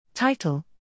Title